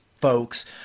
folks